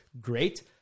great